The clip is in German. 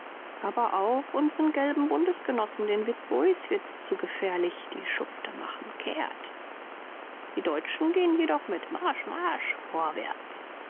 aber auch unsren gelben bundesgenossen den witbois wird's zu gefährlich die schufte machen kehrt die deutschen gehen jedoch mit marsch marsch vorwärts